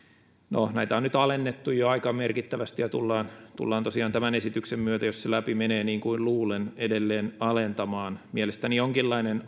no näitä on nyt alennettu jo aika merkittävästi ja tullaan tullaan tosiaan tämän esityksen myötä jos se läpi menee niin kuin luulen edelleen alentamaan mielestäni jonkinlainen